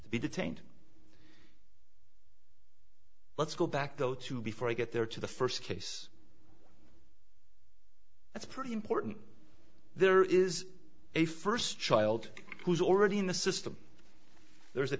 both be detained let's go back though to before i get there to the first case that's pretty important there is a first child who's already in the system there